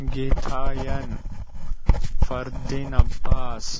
Geetha and Fardeen Abbas